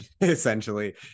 essentially